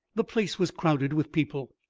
the place was crowded with people,